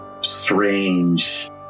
strange